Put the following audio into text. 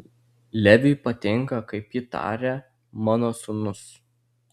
leviui patinka kaip ji taria mano sūnus